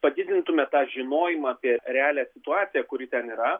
padidintume tą žinojimą apie realią situaciją kuri ten yra